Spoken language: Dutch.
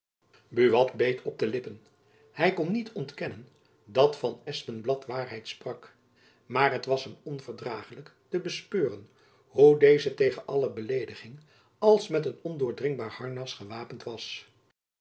buat beet zich op de lippen hy kon niet ontkennen dat van espenblad waarheid sprak maar het was hem onverdragelijk te bespeuren hoe deze tegen alle beleediging als met een ondoordringbaar harnas gewapend was